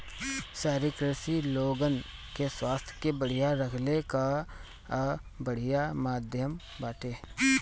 शहरी कृषि लोगन के स्वास्थ्य के बढ़िया रखले कअ बढ़िया माध्यम बाटे